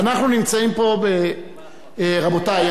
רבותי,